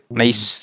nice